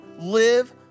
live